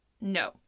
no